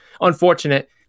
Unfortunate